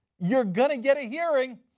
you are going to get a hearing.